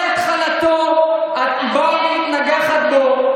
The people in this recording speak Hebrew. מתחילתו את באה ומתנגחת בו.